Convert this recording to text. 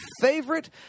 favorite